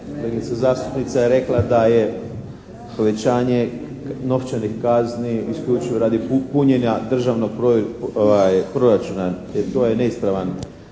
zastupnica je rekla da je povećanje novčanih kazni isključivo radi punjenja državnog proračuna. E to je neispravan